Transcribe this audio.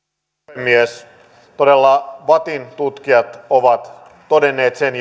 puhemies todella vattin tutkijat ovat todenneet sen